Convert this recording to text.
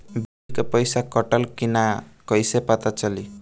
Bill के पइसा कटल कि न कइसे पता चलि?